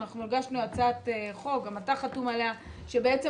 אנחנו הגשנו הצעת חוק גם אתה חתום עליה שבעצם